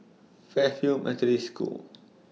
Fairfield Methodist School